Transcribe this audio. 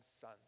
son